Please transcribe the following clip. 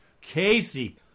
Casey